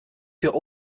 für